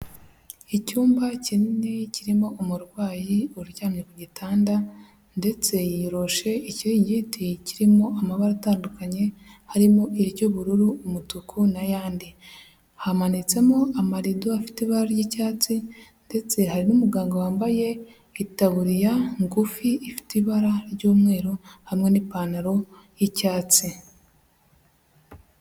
Icyumba kinini kirimo umurwayi uryamye ku gitanda ndetse yiyoroshe ikiringiti kirimo amabara atandukanye harimo iry'ubururu, umutuku n'ayandi. Hamanitsemo amarido afite ibara ry'icyatsi ndetse hari n'umuganga wambaye itaburiya ngufi ifite ibara ry'umweru hamwe n'ipantaro y'icyatsi.